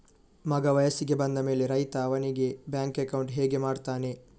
ಮಗ ವಯಸ್ಸಿಗೆ ಬಂದ ಮೇಲೆ ರೈತ ಅವನಿಗೆ ಬ್ಯಾಂಕ್ ಅಕೌಂಟ್ ಹೇಗೆ ಮಾಡ್ತಾನೆ?